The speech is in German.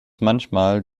manchmal